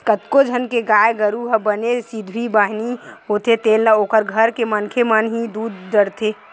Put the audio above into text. कतको झन के गाय गरु ह बने सिधवी बानी होथे तेन ल ओखर घर के मनखे मन ह ही दूह डरथे